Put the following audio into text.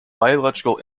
biological